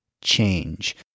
change